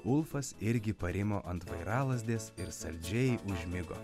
ulfas irgi parimo ant vairalazdės ir saldžiai užmigo